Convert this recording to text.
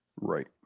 Right